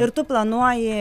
ir tu planuoji